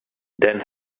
then